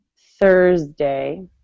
Thursday